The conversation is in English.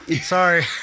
Sorry